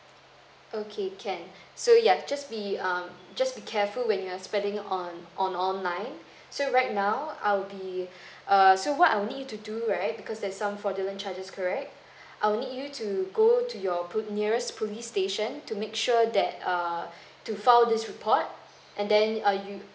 okay can so ya just be um just be careful when you're spending on on online so right now I'll be err so what I'll need you to do right because there's some fraudulent charges correct I'll need you to go to your po~ nearest police station to make sure that err to file this report and then uh you